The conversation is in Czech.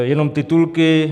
Jenom titulky.